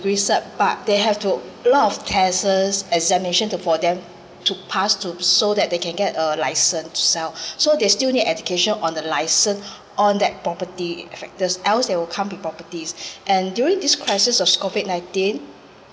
degree cert but they have to a lot of tests examination to for them to pass to so that they can get a license to sell so they still need education on the licence on that property factors else they will can't be properties and during this crisis of COVID nineteen